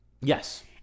Yes